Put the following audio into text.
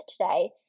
today